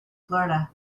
florida